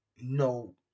No